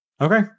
okay